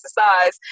exercise